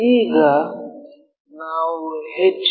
ಈಗ ನಾವು ಎಚ್